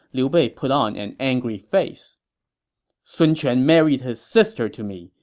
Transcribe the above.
liu bei put on an angry face sun quan married his sister to me,